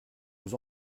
aux